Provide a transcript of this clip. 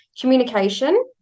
communication